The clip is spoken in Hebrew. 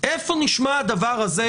איפה נשמע הדבר הזה,